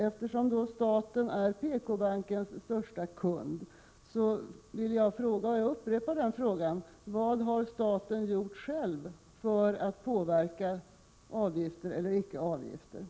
Eftersom då staten är PK-bankens största kund har jag frågat, och jag upprepar den frågan: Vad har staten gjort själv för att påverka avgifter eller icke avgifter?